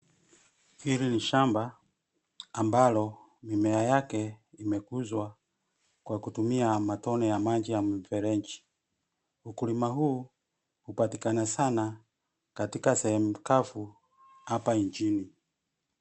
Hili ni shamba ambalo, mimea yake imekuzwa kwa kutumia matone ya maji ya mfereji . Ukulima huu hupatikana sana katika sehemu kavu hapa nchini.